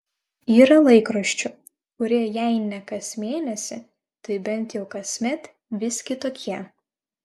yra laikraščių kurie jei ne kas mėnesį tai bent jau kasmet vis kitokie